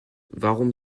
warum